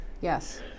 yes